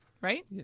right